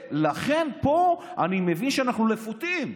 לכן, פה, אני מבין שאנחנו לפותים.